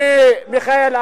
לא לחיסול המדינה.